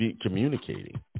Communicating